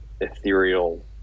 ethereal